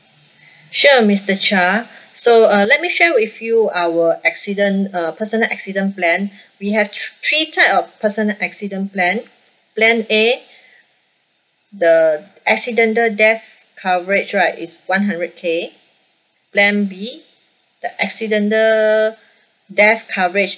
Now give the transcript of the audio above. sure mister chia so uh let me share with you our accident uh personal accident plan we have thr~ three type of personal accident plan plan A the accidental death coverage right is one hundred K plan B the accidental death coverage